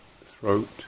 throat